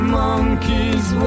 monkeys